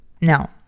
Now